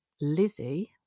Lizzie